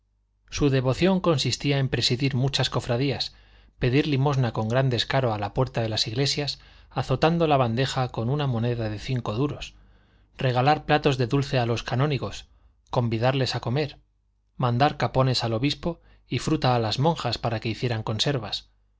su devoción consistía en presidir muchas cofradías pedir limosna con gran descaro a la puerta de las iglesias azotando la bandeja con una moneda de cinco duros regalar platos de dulce a los canónigos convidarles a comer mandar capones al obispo y fruta a las monjas para que hicieran conservas